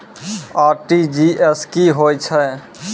RTGS की होय छै?